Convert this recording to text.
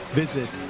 visit